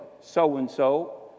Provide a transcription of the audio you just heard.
so-and-so